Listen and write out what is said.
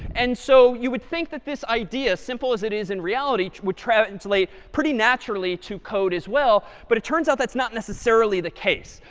and so you would think that this idea, simple as it is in reality, would translate pretty naturally to code as well. but it turns out that's not necessarily the case.